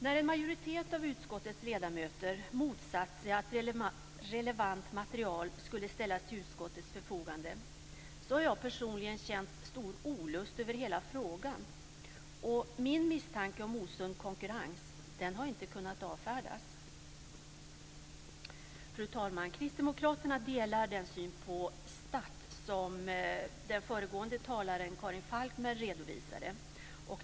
När en majoritet att utskottets ledamöter motsatte sig att relevant material skulle ställas till utskottets förfogande kände jag personligen stor olust i frågan. Min misstanke om osund konkurrens har inte kunnat avfärdas. Fru talman! Kristdemokraterna delar den syn på STATT som den föregående talaren Karin Falkmer redovisade.